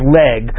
leg